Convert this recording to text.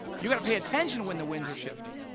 you got to pay attention when the winds are shifting.